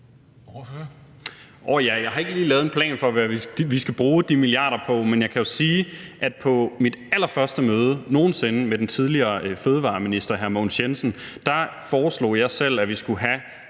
jeg har ikke lige lavet en plan for, hvad vi skal bruge de milliarder på. Men jeg kan sige, at på mit allerførste møde med den tidligere fødevareminister hr. Mogens Jensen foreslog jeg selv, at vi skulle have